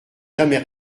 jamais